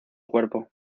cuerpo